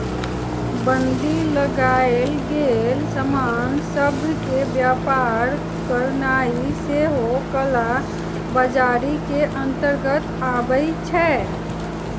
बन्दी लगाएल गेल समान सभ के व्यापार करनाइ सेहो कला बजारी के अंतर्गत आबइ छै